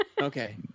Okay